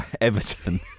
Everton